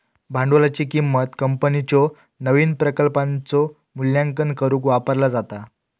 भांडवलाची किंमत कंपनीच्यो नवीन प्रकल्पांचो मूल्यांकन करुक वापरला जाता